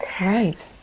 Right